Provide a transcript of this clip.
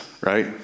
right